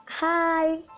Hi